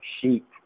sheep